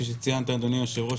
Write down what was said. כפי שציינת אדוני היושב ראש,